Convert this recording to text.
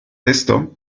esto